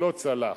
לא צלח.